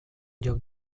lloc